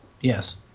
Yes